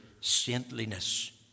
saintliness